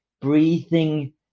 breathing